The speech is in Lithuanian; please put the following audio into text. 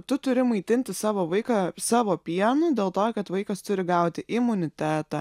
tu turi maitinti savo vaiką savo pienu dėl to kad vaikas turi gauti imunitetą